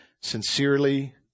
sincerely